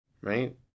right